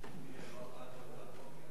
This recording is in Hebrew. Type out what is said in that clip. ראשונה, וממשיכים אותה בוועדת הכלכלה.